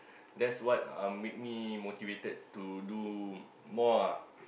that's what um make me motivated to do more ah